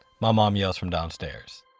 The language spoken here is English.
my mom yells from downstairs.